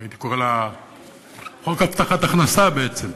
שהייתי קורא לה חוק הבטחת הכנסה בעצם,